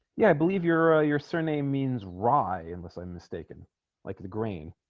yeah i believe your ah your surname means rai unless i'm mistaken like the green